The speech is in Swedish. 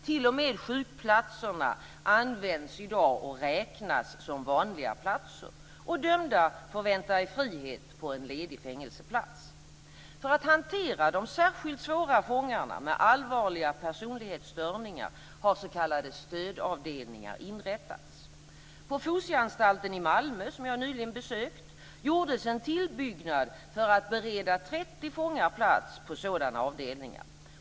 T.o.m. sjukplatserna används i dag och räknas som vanliga platser, och dömda får vänta i frihet på en ledig fängelseplats. För att hantera de särskilt svåra fångarna med allvarliga personlighetsstörningar har s.k. stödavdelningar inrättats. På Fosieanstalten i Malmö, som jag nyligen besökte, gjordes en tillbyggnad för att bereda 30 fångar plats på sådana avdelningar.